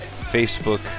Facebook